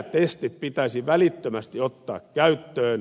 ikätestit pitäisi välittömästi ottaa käyttöön